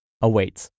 awaits